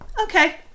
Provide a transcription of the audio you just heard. Okay